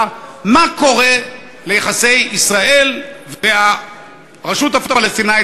מה קורה ליחסי ישראל והרשות הפלסטינית,